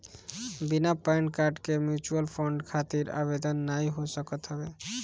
बिना PAN card के mutual fund खातिर आवेदन नाइ हो सकत हवे